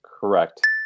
Correct